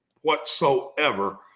whatsoever